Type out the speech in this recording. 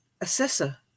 assessor